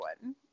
one